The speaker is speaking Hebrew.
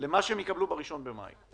למה שהם יקבלו ב-1 במאי.